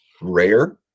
rare